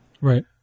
Right